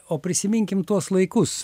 o prisiminkim tuos laikus